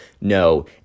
No